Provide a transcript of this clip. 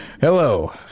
Hello